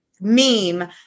meme